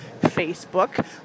Facebook